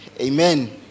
Amen